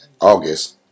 August